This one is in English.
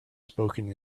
spoken